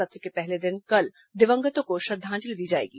सत्र के पहले दिन कल दिवंगतों को श्रद्वांजलि दी जाएगी